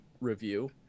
review